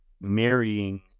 marrying